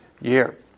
year